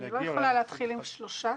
אני לא יכולה להתחיל עם שלושה,